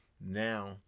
Now